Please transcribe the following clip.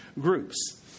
groups